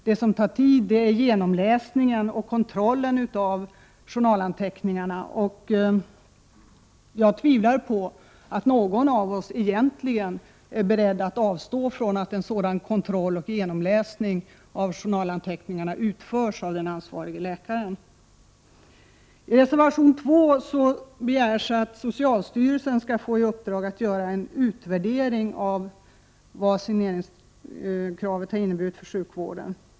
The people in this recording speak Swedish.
Det som tar tid är genomläsningen och kontrollen av journalanteckningarna, och jag tvivlar på att någon av oss egentligen är beredd att avstå från att en sådan kontroll och genomläsning utförs av den ansvarige läkaren. I reservation 2 begärs att socialstyrelsen skall få i uppdrag att göra en utvärdering av vad signeringskravet har inneburit för sjukvården.